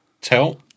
Tell